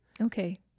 okay